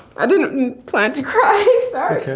i didn't plan to cry, sorry!